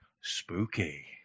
Spooky